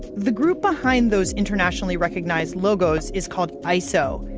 the group behind those internationally recognized logos is called iso,